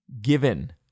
given